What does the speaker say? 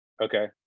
Okay